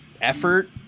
effort